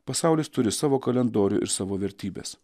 pasaulis turi savo kalendorių ir savo vertybes